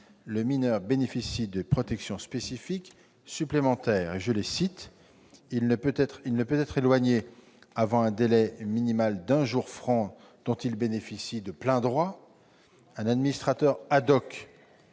le mineur bénéficie de protections spécifiques supplémentaires. En effet,